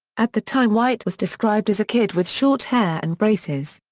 at the time white was described as a kid with short hair and braces.